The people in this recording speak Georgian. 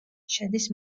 შედის